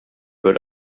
wird